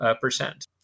percent